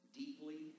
deeply